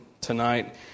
tonight